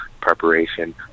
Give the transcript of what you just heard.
preparation